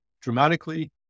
dramatically